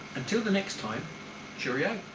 until the next time cheerio